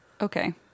Okay